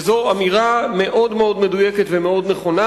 וזו אמירה מאוד מדויקת ומאוד נכונה,